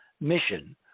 mission